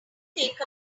take